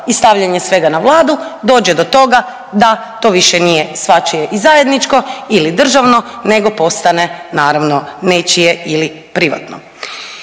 i stavljanje svega na Vladu, dođe do toga da to više nije svačije i zajedničko ili državno nego postane naravno, nečije ili privatno.